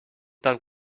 that